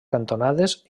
cantonades